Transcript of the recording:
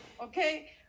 Okay